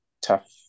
tough